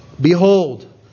Behold